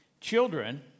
Children